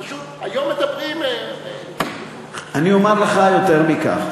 פשוט, היום מדברים, אני אומר לך יותר מכך.